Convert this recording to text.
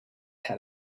had